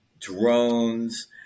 drones